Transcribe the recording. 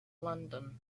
london